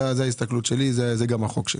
זוהי ההסתכלות שלי, וזהו גם החוק שלי.